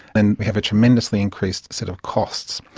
then we have a tremendously increased set of costs.